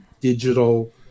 digital